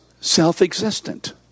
self-existent